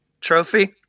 Trophy